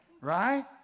Right